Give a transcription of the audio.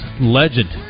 Legend